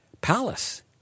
palace